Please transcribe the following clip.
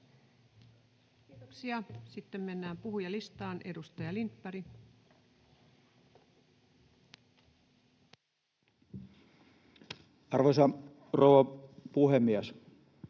Kiitoksia. — Sitten mennään puhujalistaan. — Edustaja Lindberg. [Speech 94] Speaker: